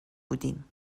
بودیم